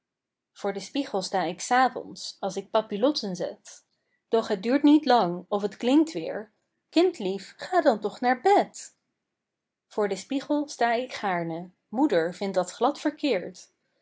voor den spiegel sta ik s avonds als ik papillotten zet doch het duurt niet lang of t klinkt weer kindlief ga dan toch naar bed voor den spiegel sta ik gaarne moeder vindt dat glad verkeerd